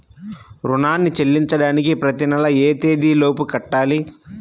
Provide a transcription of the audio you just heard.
రుణాన్ని చెల్లించడానికి ప్రతి నెల ఏ తేదీ లోపు కట్టాలి?